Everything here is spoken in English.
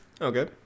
Okay